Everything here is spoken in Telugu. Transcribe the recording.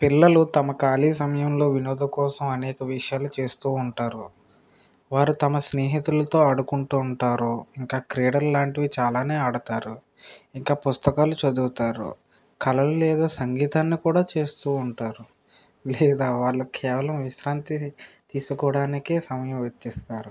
పిల్లలు తమ ఖాళీ సమయంలో వినోదం కోసం అనేక విషయాలు చేస్తూ ఉంటారు వారు తమ స్నేహితులతో ఆడుకుంటూ ఉంటారు ఇంకా క్రీడలు లాంటివి చాలానే ఆడతారు ఇంకా పుస్తకాలు చదువుతారు కళలు లేదా సంగీతాన్ని కూడా చేస్తూ ఉంటారు లేదా వాళ్ల కేవలం విశ్రాంతి తీసుకోడానికే సమయం వెచ్చిస్తారు